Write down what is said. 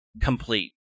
complete